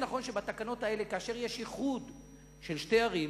כאשר יש איחוד של שתי ערים,